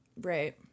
Right